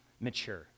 mature